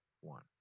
one